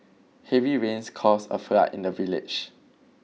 heavy rains caused a flood in the village